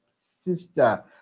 sister